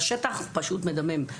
והשטח פשוט מדמם.